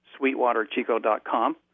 sweetwaterchico.com